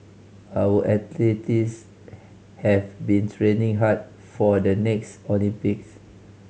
our athletes have been training hard for the next Olympics